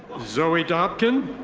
zoe dopkin.